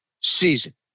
season